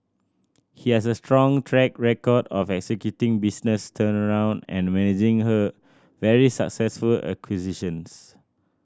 he has a strong track record of executing business turnaround and managing her very successful acquisitions